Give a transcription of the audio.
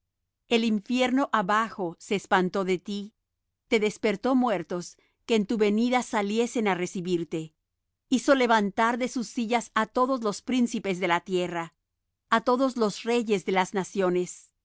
el infierno abajo se espantó de ti te despertó muertos que en tu venida saliesen á recibirte hizo levantar de sus sillas á todos los príncipes de la tierra á todos los reyes de las naciones